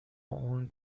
اون